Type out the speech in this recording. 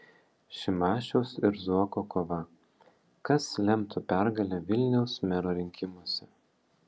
šimašiaus ir zuoko kova kas lemtų pergalę vilniaus mero rinkimuose